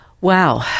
Wow